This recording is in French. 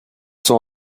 son